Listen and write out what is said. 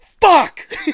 fuck